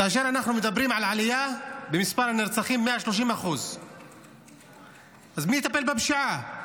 כאשר אנחנו מדברים על עלייה במספר הנרצחים 130%. אז מי יטפל בפשיעה?